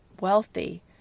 wealthy